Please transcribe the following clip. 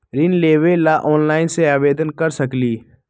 ऋण लेवे ला ऑनलाइन से आवेदन कर सकली?